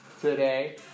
today